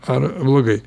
ar blogai